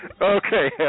Okay